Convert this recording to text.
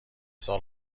سال